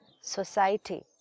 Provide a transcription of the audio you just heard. society